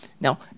Now